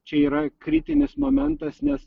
čia yra kritinis momentas nes